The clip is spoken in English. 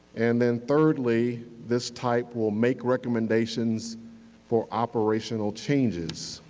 and then thirdly, this type will make recommendations for operational changes.